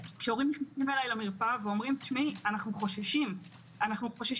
הורים נכנסים אליי למרפאה ואומרים: אנחנו חוששים מהחיסון.